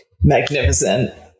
Magnificent